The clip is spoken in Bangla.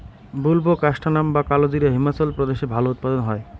বুলবোকাস্ট্যানাম বা কালোজিরা হিমাচল প্রদেশে ভালো উৎপাদন হয়